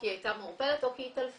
כי היא הייתה מעורפלת או כי היא התעלפה,